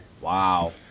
Wow